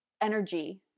energy